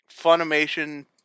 Funimation